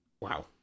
Wow